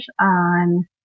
on